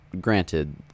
granted